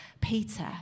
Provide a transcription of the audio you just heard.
Peter